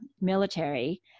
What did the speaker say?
military